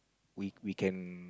we we can